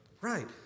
Right